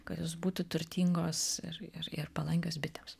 kad jos būtų turtingos ir ir ir palankios bitėms